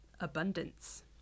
abundance